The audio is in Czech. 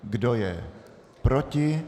Kdo je proti?